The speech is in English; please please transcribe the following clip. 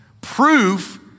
proof